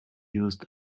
used